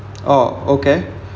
orh okay